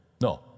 No